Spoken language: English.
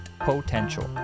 potential